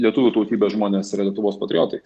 lietuvių tautybės žmonės yra lietuvos patriotai